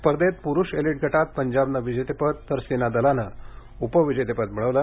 स्पर्धेत पुरुष एलिट विभागात पंजाबने विजेतेपद तर सेनादलाने उपविजेतेपद मिळविले